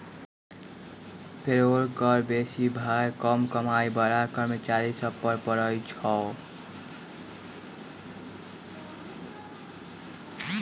payroll कर बेशी भार कम कमाइ बला कर्मचारि सभ पर पड़इ छै